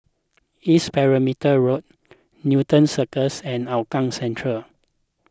East Perimeter Road Newton Cirus and Hougang Central